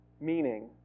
meaning